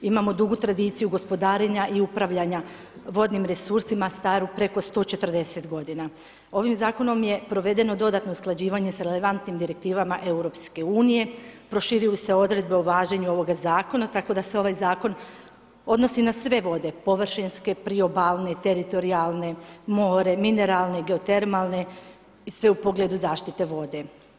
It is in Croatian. Imamo dugu tradiciju gospodarenja i upravljanja vodnim resursima starim preko 140 g. Ovim zakonom je provedeno dodatno usklađivanje s relevantnim direktivama EU, proširuju se odredbe o važenju ovoga zakona, tako da se ovaj zakon odnosi na sve vode, površinske, priobalne, teritorijalne, more, mineralne, geotermalne i sve u pogledu zaštite vode.